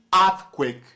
earthquake